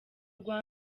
rwa